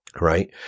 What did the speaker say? right